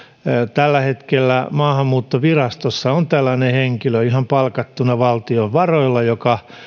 tällä hetkellä maahanmuuttovirastossa on ihan palkattuna valtion varoilla joka